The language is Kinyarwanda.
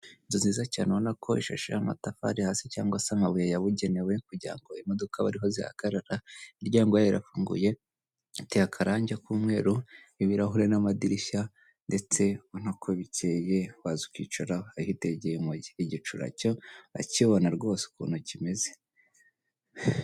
Inzu nziza cyane ubonako ikoresheje amatafari hasi cyangwa se amabuye yabugenewe kugira imodoka bariho zihagarararyango yarafunguye giteye akarange kuumweru ibirahuri n'amadirishya ndetse unako bukeye wazakicara ahigeye igicura cyo akibona rwose ukuntu kimeze.